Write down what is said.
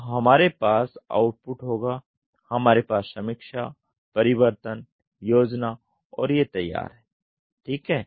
तो हमारे पास आउटपुट होगा हमारे पास समीक्षा परिवर्तन योजना और ये तैयार है ठीक हैं